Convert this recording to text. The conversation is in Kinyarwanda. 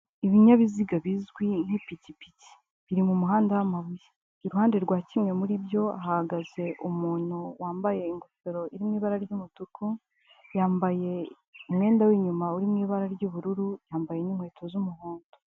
Ibinyabiziga bizwi nk'ipikipiki biri mu muhanda w'amabuye, iruhande rwa kimwe muri byo ahagaze umuntu wambaye ingofero iri mu ibara ry'umutuku yambaye umwenda w'inyuma uri mu ibara ry'ubururu yambaye n'inkweto z'umuhondo.